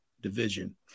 division